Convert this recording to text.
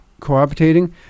cohabitating